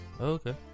Okay